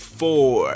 four